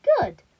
good